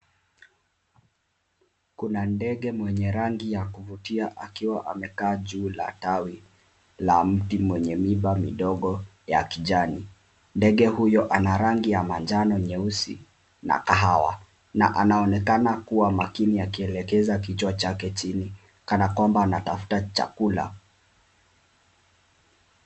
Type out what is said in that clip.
Kuna ndege mwenye rangi ya kuvutia akiwa amekaa juu la tawi la mti mwenye miba midogo ya kijani. Ndege huyo ana rangi ya manjano nyeusi na kahawa na anaonekana kuwa makini akielekeza kichwa chake chini kana kwamba anatafuta chakula.